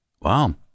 Wow